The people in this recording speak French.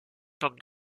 pommes